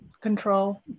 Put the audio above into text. Control